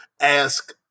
ask